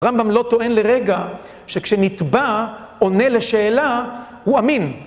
רמב״ם לא טוען לרגע שכשנתבע עונה לשאלה, הוא אמין.